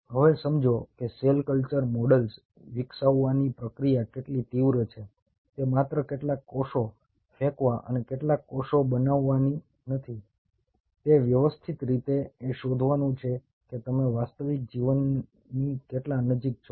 હવે સમજો કે સેલ કલ્ચર મોડલ્સ વિકસાવવાની પ્રક્રિયા કેટલી તીવ્ર છે તે માત્ર કેટલાક કોષો ફેંકવા અને કેટલાક કોષો બનાવવાની નથી તે વ્યવસ્થિત રીતે એ શોધવાનું છે કે તમે વાસ્તવિક જીવનની કેટલા નજીક છો